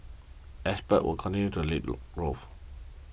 exports will continue to lead growth